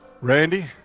Randy